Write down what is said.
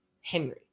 Henry